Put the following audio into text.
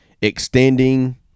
extending